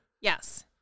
Yes